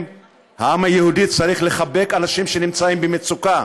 העם היהודי צריך לכבד אנשים שנמצאים במצוקה.